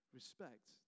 respect